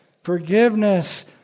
forgiveness